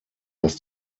dass